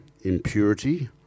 impurity